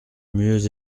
mieux